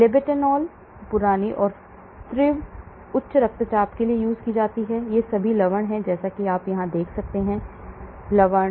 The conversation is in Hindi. लेबेटालोल पुरानी और तीव्र उच्च रक्तचाप है ये सभी लवण हैं जैसा कि आप यहां देख सकते हैं लवण